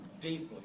deeply